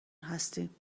هستیم